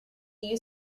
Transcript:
you